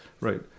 Right